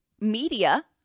media